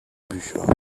bücher